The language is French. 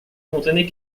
contenait